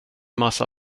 massa